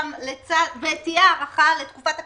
ותהיה הארכה לתקופת הקורונה,